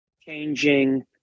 changing